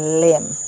limb